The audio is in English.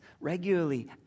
Regularly